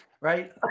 right